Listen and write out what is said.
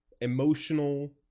emotional